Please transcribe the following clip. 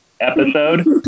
episode